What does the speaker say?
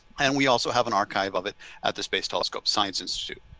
and we also have an archive of it at the space telescope science institute.